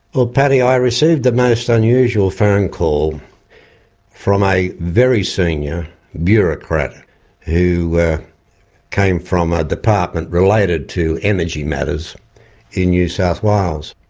well, paddy, i received the most unusual phone call from a very senior bureaucrat who came from a department related to energy matters in new south wales.